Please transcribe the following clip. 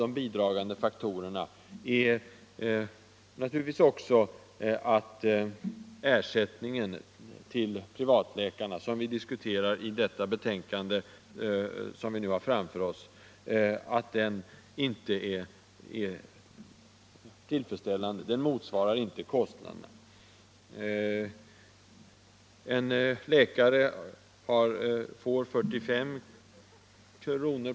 En bidragande faktorer är också att ersättningen till privatläkarna, vilken diskuteras i det betänkande vi nu har framför oss, inte är tillfredsställande. Den motsvarar inte kostnaderna. En läkare får av försäkringskassan 45 kr.